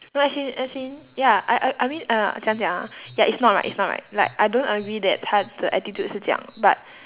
no as in as in ya I I I mean uh 这样讲啊 ya it's not right it's not right like I don't agree that 她的 attitude 是这样 but